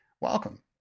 welcome